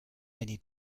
many